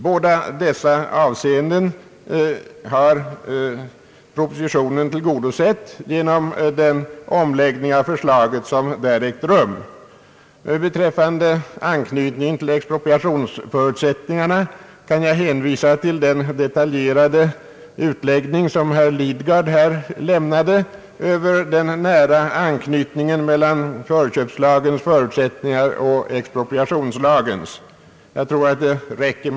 Propositionen har tillgodosett båda dessa önskemål genom den omläggning av förslaget som ägt rum. Beträffande anknytning till expropriationsförutsättningarna kan jag hänvisa till den detaljerade utläggning som herr Lidgard här lämnat över den nära överensstämmelsen mellan förköpslagens och expropriationslagens förutsättningar — jag tror att det räcker.